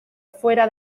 fuera